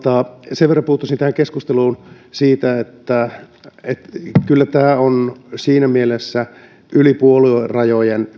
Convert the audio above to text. sen verran puuttuisin tähän keskusteluun että kyllä tämä hallituksen esitys on siinä mielessä yli puoluerajojen